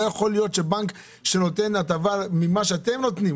לא יכול להיות שבנק שנותן הטבה ממה שאתם נותנים,